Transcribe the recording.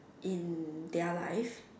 in their life